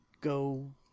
go